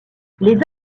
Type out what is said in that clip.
les